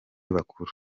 bakuru